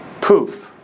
poof